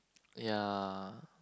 ya